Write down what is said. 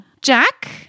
Jack